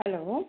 hello